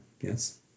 Yes